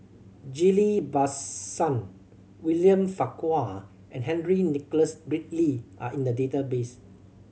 Ghillie Bassan William Farquhar and Henry Nicholas Ridley are in the database